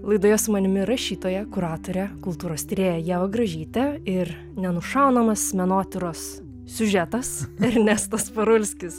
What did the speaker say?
laidoje su manimi rašytoja kuratorė kultūros tyrėja ieva gražytė ir nenušaunamas menotyros siužetas ernestas parulskis